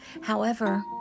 However